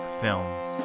films